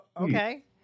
okay